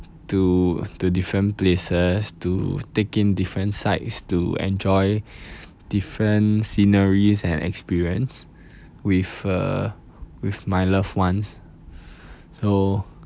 to to different places to take in different sites to enjoy different sceneries and experience with uh with my loved ones so